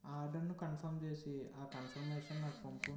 ఆర్డర్ను కన్ఫర్మ్ చేసి ఆ కన్ఫర్మేషన్ నాకు పంపు